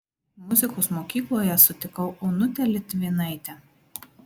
muzikos mokykloje sutikau onutę litvinaitę